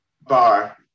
bar